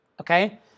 Okay